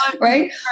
Right